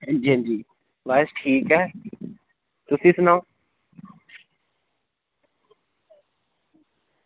अंजी अंजी बस ठीक आं तुसी सनाओ